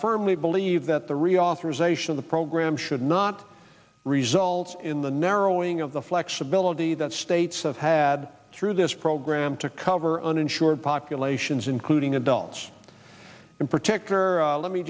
firmly believe that the reauthorization of the program should not result in the narrowing of the flexibility that states have had through this program to cover uninsured populations including adults and protector let me